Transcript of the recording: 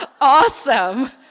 awesome